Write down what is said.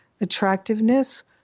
attractiveness